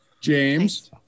James